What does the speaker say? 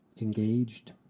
engaged